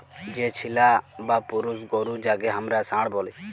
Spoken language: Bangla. যে ছেলা বা পুরুষ গরু যাঁকে হামরা ষাঁড় ব্যলি